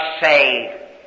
say